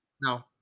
No